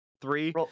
three